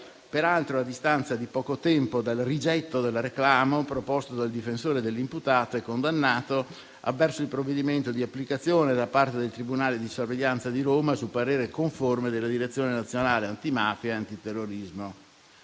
peraltro a distanza di poco tempo dal rigetto del reclamo proposto dal difensore dell'imputato e condannato avverso il provvedimento di applicazione da parte del tribunale di sorveglianza di Roma, su parere conforme della Direzione nazionale antimafia e antiterrorismo».